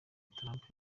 trump